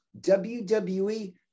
WWE